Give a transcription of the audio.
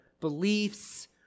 beliefs